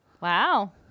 Wow